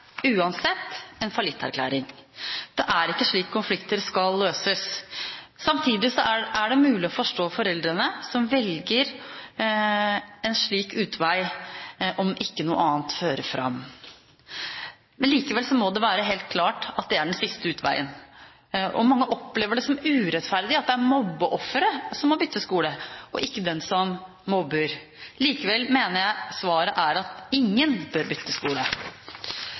uansett en fallitterklæring. Det er ikke slik konflikter skal løses. Samtidig er det mulig å forstå foreldre som velger en slik utvei om ikke noe annet fører fram. Likevel må det være helt klart at det er den siste utveien. Mange opplever det som urettferdig at det er mobbeofferet som må bytte skole, og ikke den som mobber. Likevel mener jeg svaret er at ingen bør bytte skole.